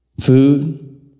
Food